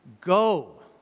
Go